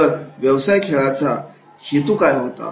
तर व्यवसाय खेळाचा हेतू काय होता